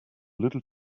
little